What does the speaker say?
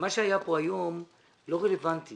מה שהיה פה היום לא רלוונטי